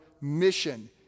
mission